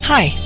Hi